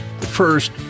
First